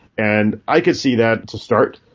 and i could see that to start.